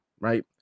Right